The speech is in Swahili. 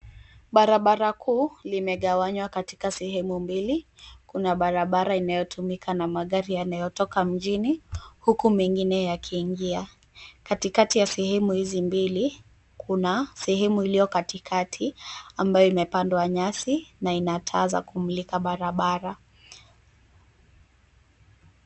Barabara kuu limegawanywa katika sehemu mbili. Kuna barabara inayotumika na magari yanayotoka mjini, huku mengine yakiingia. Katikati ya sehemu hizi mbili, kuna sehemu iliyo katikati ambayo imepandwa nyasi, na ina taa za barabara.